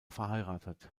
verheiratet